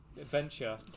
adventure